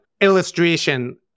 illustration